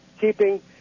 keeping